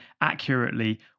accurately